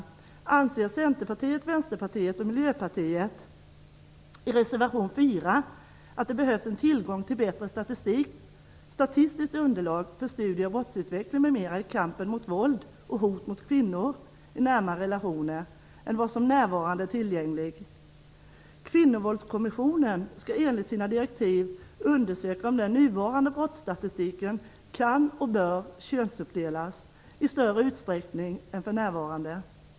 Slutligen anser Centerpartiet, Vänsterpartiet och Miljöpartiet i reservation 4 att det behövs tillgång till bättre statistiskt underlag för studier av brottsutveckling m.m. i kampen mot våld och hot mot kvinnor i nära relationer än vad som för närvarande är tillgängligt. Kvinnovåldskommissionen skall enligt sina direktiv undersöka om den nuvarande brottsstatistiken kan och bör könsuppdelas i större utsträckning än för närvarande.